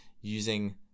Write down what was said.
using